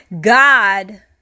God